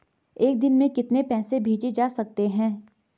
एक दिन में कितने पैसे भेजे जा सकते हैं?